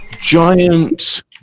giant